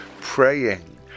praying